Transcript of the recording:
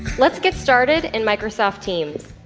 let's get started in microsoft teams.